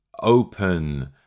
open